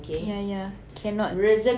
ya ya cannot